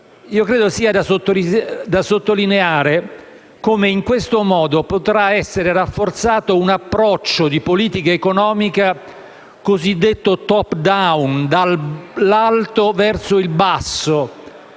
credo sia da sottolineare come in questo modo potrà essere rafforzato un approccio di politica economica cosiddetto *top down*, dall'alto verso il basso;